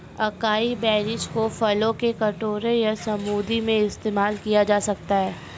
acai berries को फलों के कटोरे या स्मूदी में इस्तेमाल किया जा सकता है